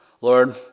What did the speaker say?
Lord